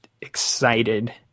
excited